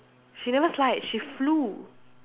she never slide she flew